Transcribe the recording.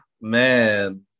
Man